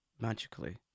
magically